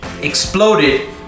exploded